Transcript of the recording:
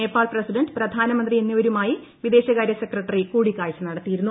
Nepal president പ്രധാനമന്ത്രി എന്നിവരുമായി വിദേശകാര്യസെക്രട്ടറി കൂടിക്കാഴ്ച നടത്തിയിരുന്നു